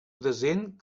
present